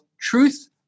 Truth